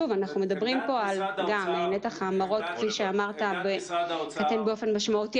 אנחנו מדברים פה על כך שנתח ההמרות קטן באופן משמעותי